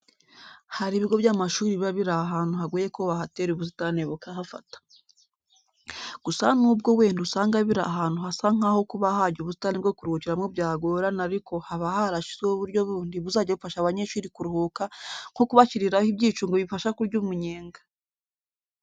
Hari ibigo by'amashuri biba biri ahantu hagoye ko wahatera ubusitani bukahafata. Gusa nubwo wenda usanga biri ahantu hasa nkaho kuba hajya ubusitani bwo kuruhukiramo byagorana ariko haba harashyizweho uburyo bundi buzajya bufasha abanyeshuri kuruhuka nko kubashyiriraho ibyicungo bibafasha kurya umunyenga.